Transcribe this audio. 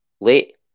Late